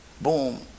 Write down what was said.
boom